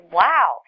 wow